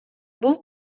бул